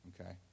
okay